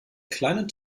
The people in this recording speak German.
kleinen